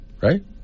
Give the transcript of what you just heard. right